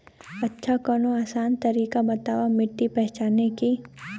अच्छा कवनो आसान तरीका बतावा मिट्टी पहचाने की?